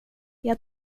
jag